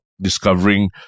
discovering